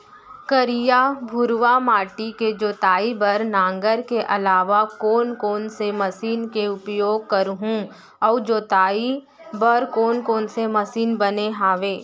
करिया, भुरवा माटी के जोताई बर नांगर के अलावा कोन कोन से मशीन के उपयोग करहुं अऊ जोताई बर कोन कोन से मशीन बने हावे?